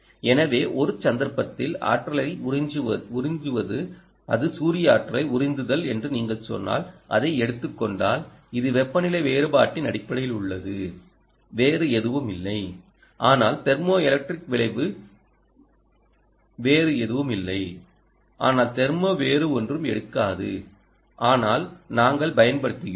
எனவே ஒரு சந்தர்ப்பத்தில் ஆற்றலை உறிஞ்சுவது அது சூரிய ஆற்றல் உறிஞ்சுதல் என்று நீங்கள் சொன்னால் அதை எடுத்துக் கொண்டால் இது வெப்பநிலை வேறுபாட்டின் அடிப்படையில் உள்ளது வேறு எதுவுமில்லை ஆனால் தெர்மோஎலக்ட்ரிக் விளைவு வேறு எதுவும் இல்லை ஆனால் தெர்மோ வேறு ஒன்றும் எடுக்காது ஆனால் நாங்கள் பயன்படுத்துகிறோம்